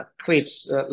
clips